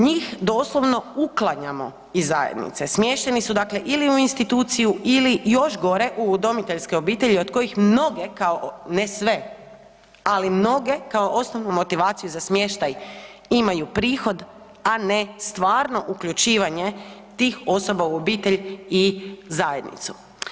Njih doslovno uklanjamo iz zajednice, smješteni su, dakle ili u instituciju ili, još gore u udomiteljske obitelji od kojih mnoge, kao, ne sve, ali mnoge kao osnovnu motivaciju za smještaj imaju prihod, a ne stvarno uključivanje tih osoba u obitelj i zajednicu.